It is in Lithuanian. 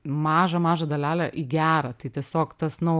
mažą mažą dalelę į gerą tai tiesiog tas nu